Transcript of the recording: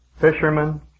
fishermen